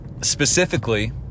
Specifically